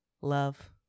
love